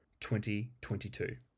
2022